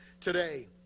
today